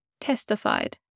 testified